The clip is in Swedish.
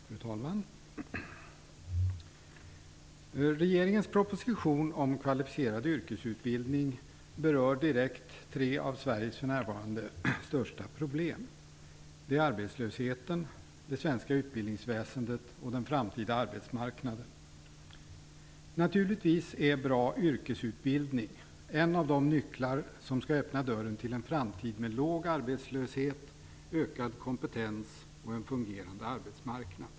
Fru talman! Regeringens proposition om kvalificerad yrkesutbildning berör direkt tre av Sveriges för närvarande största problem, arbetslösheten, det svenska utbildningsväsendet och den framtida arbetsmarknaden. Naturligtvis är bra yrkesutbildning en av de nycklar som skall öppna dörren till en framtid med låg arbetslöshet, ökad kompetens och en fungerande arbetsmarknad.